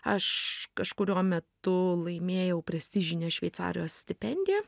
aš kažkuriuo metu laimėjau prestižinę šveicarijos stipendiją